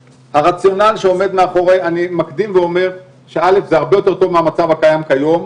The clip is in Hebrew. אני מקדים ואומר שזה הרבה יותר טוב מהמצב הקיים כיום,